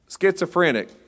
Schizophrenic